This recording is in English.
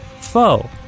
Foe